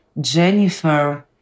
Jennifer